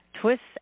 Twists